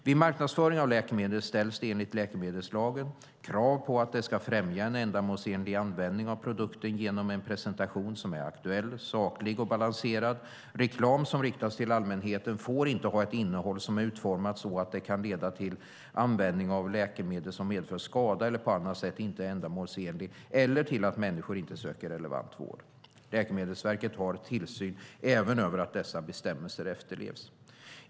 Vid marknadsföring av läkemedel ställs det enligt läkemedelslagen krav på att den ska främja en ändamålsenlig användning av produkten genom en presentation som är aktuell, saklig och balanserad. Reklam som riktas till allmänheten får inte ha ett innehåll som är utformat så att det kan leda till användning av läkemedel som medför skada eller på annat sätt inte är ändamålsenlig eller till att människor inte söker relevant vård. Läkemedelsverket har tillsyn även över att dessa bestämmelser efterlevs.